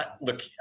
Look